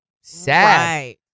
sad